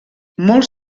molts